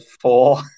four